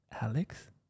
Alex